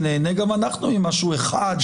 שנהנה גם אנחנו ממשהו אחד.